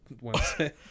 Wednesday